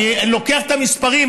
אני לוקח את המספרים,